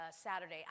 Saturday